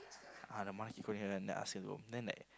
ah the mother keep calling her ask her go then like